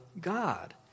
God